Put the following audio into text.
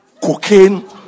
cocaine